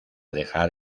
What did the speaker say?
dejar